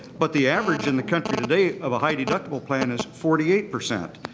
but the average in the country today of a high deductible plan is forty eight percent.